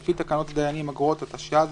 לפי תקנות הדיינים (אגרות),התשי"ז-1957,